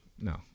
No